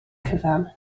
cyfan